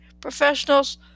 professionals